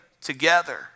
together